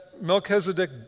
Melchizedek